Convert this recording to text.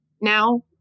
now